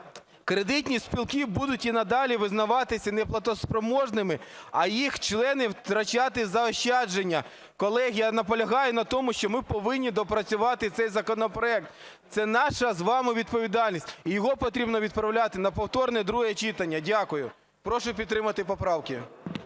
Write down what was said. Кредитні спілки будуть і надалі визнаватися неплатоспроможними, а їх члени втрачати заощадження. Колеги, я наполягаю на тому, що ми повинні доопрацювати цей законопроект. Це наша з вами відповідальність. Його потрібно відправляти на повторне друге читання. Дякую. Прошу підтримати поправки.